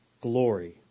glory